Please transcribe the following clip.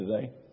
today